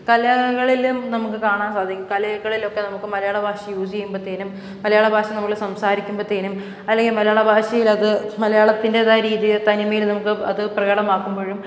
കലകളിലും നമുക്ക് കാണാൻ സാധിക്കും കലകളിലൊക്കെ നമുക്ക് മലയാള ഭാഷ യൂസ് ചെയ്യുമ്പോഴത്തേനും മലയാളഭാഷ നമ്മൾ സംസാരിക്കുമ്പോഴത്തേനും അല്ലെങ്കിൽ മലയാള ഭാഷയിലത് മലയാളത്തിൻ്റേതായ രീതിയിൽ തനിമയിൽ നമുക്ക് അതു പ്രകടമാക്കുമ്പോഴും